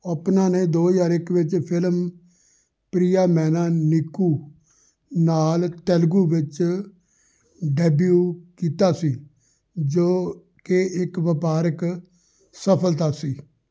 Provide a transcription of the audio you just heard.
ਓਪਨਾਂ ਨੇ ਦੋ ਹਜ਼ਾਰ ਇੱਕ ਵਿੱਚ ਫ਼ਿਲਮ ਪ੍ਰਿਆਮੈਨਾ ਨੀਕੂ ਨਾਲ ਤੇਲਗੂ ਵਿੱਚ ਡੈਬਿਊ ਕੀਤਾ ਸੀ ਜੋ ਕਿ ਇੱਕ ਵਪਾਰਕ ਸਫ਼ਲਤਾ ਸੀ